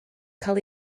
cael